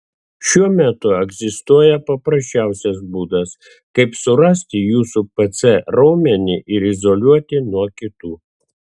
šiuo metu egzistuoja paprasčiausias būdas kaip surasti jūsų pc raumenį ir izoliuoti nuo kitų